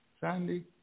Sandy